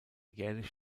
jährlich